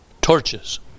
torches